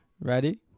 Ready